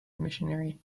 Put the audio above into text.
missionary